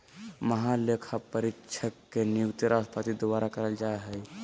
महालेखापरीक्षक के नियुक्ति राष्ट्रपति द्वारा कइल जा हइ